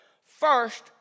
first